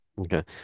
okay